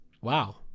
Wow